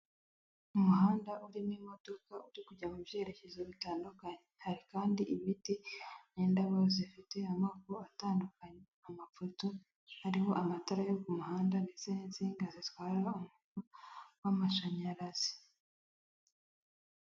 Umuhanda urimo imodoka uri kujya mu byerekezo bitandukanye, hari kandi ibiti n'indabo zifite amoko atandukanye, amapoto ariho amatara yo ku muhanda ndetse n'insinga zitwara umuriro w'amashanyarazi.